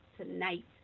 tonight